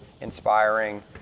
inspiring